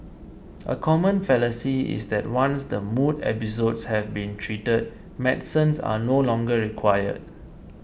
a common fallacy is that once the mood episodes have been treated medicines are no longer required